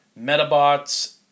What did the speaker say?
Metabots